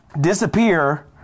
disappear